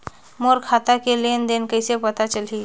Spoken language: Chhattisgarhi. मोर खाता के लेन देन कइसे पता चलही?